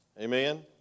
Amen